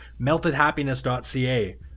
MeltedHappiness.ca